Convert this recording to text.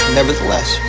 Nevertheless